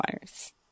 wires